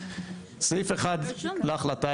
סעיף אחד להחלטה,